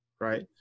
right